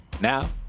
Now